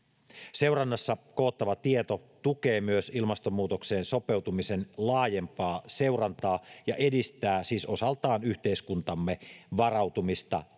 seurannassa koottava tieto tukee myös ilmastonmuutokseen sopeutumisen laajempaa seurantaa ja edistää siis osaltaan yhteiskuntamme varautumista